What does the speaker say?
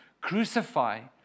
crucify